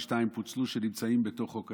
כי שניים פוצלו שנמצאים בתוך חוק ההסדרים.